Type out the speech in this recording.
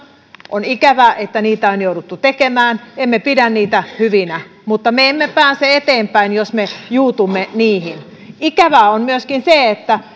on ikävää että niitä on jouduttu tekemään emme pidä niitä hyvinä mutta me emme pääse eteenpäin jos me juutumme niihin ikävää on myöskin se että